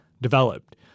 developed